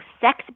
sex